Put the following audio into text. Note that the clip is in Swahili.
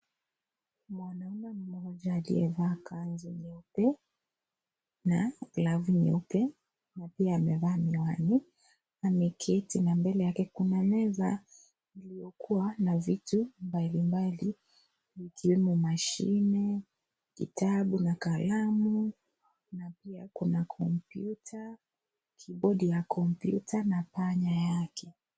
Mwanaume mmoja aliyevaa kanzu nyeupe na glavu nyeupe na pia amevaa miwani ameketi na pia mbele yake kuna meza iliokuwa na vitu mbalimbali ikiwemo mashini kitabu na kalamu na pia kuna kompyuta kibodi ya kompyuta na kipanya yake.